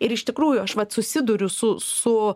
ir iš tikrųjų aš vat susiduriu su su